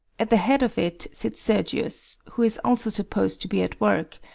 at the head of it sits sergius, who is also supposed to be at work,